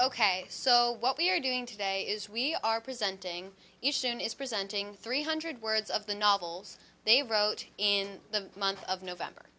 ok so what we're doing today is we are presenting ition is presenting three hundred words of the novels they wrote in the month of november